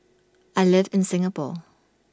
I live in Singapore